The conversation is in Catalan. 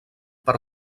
per